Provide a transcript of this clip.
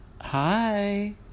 Hi